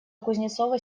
кузнецова